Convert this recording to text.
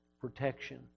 protection